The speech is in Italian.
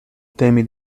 temi